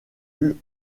eut